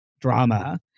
drama